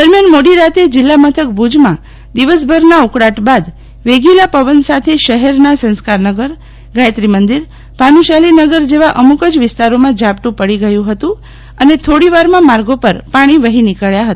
દરમ્યાન મોડી રાત્રે જીલ્લામથક ભુજમાં દિવસભરનાં ઉકળાટ બાદ વેગીલા પવન સાથે શહેરનાં સંસ્કાર નગર ગાયત્રી મંદિરભાનુશાલી નાગરજેવા અમુક જ વિસ્તારોમાં ઝાપટું પડી ગયું હતું અને થોડી વારમાં માર્ગો પર પાણી વફી નીકબ્યા હતા